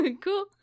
cool